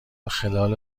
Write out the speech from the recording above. خلال